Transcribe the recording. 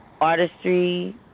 artistry